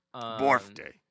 Birthday